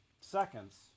seconds